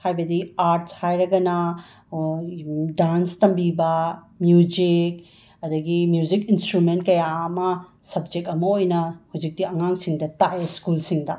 ꯍꯥꯏꯕꯗꯤ ꯑꯥꯔꯠꯁ ꯍꯥꯏꯔꯒꯅ ꯗꯥꯟꯁ ꯇꯝꯕꯤꯕ ꯃ꯭ꯌꯨꯖꯤꯛ ꯑꯗꯒꯤ ꯃ꯭ꯌꯨꯖꯤꯛ ꯏꯟꯁꯇ꯭ꯔꯨꯃꯦꯟ ꯀꯌꯥ ꯑꯃ ꯁꯞꯖꯦꯛ ꯑꯃ ꯑꯣꯏꯅ ꯍꯧꯖꯤꯛꯇꯤ ꯑꯉꯥꯡꯁꯤꯗ ꯇꯥꯛꯑꯦ ꯁ꯭ꯀꯨꯜꯁꯤꯡꯗ